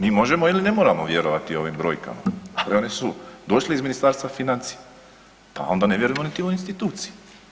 Mi možemo ili ne moramo vjerovati ovim brojkama ali one su došle iz Ministarstva financija, pa onda ne vjerujemo niti ovoj instituciji.